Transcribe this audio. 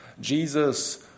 Jesus